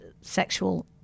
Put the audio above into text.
sexual